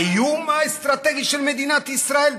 האיום האסטרטגי של מדינת ישראל,